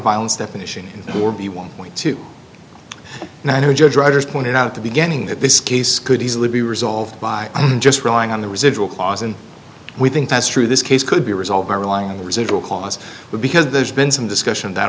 violence definition or be one point two and i know judge writers pointed out at the beginning that this case could easily be resolved by just relying on the residual clause and we think that's true this case could be resolved by relying on the residual clause would because there's been some discussion that